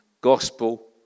gospel